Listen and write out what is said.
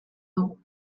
dugu